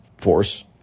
force